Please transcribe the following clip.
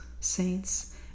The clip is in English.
saints